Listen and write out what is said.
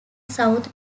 south